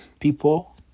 People